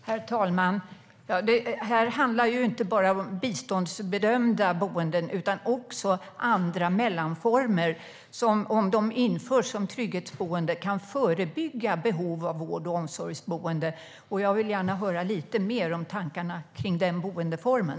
Herr talman! Detta handlar inte bara om biståndsbedömda boenden utan också om andra mellanformer, som om de införs som trygghetsboende kan förebygga behov av vård och omsorgsboende. Jag vill gärna höra lite mer om tankarna kring den boendeformen.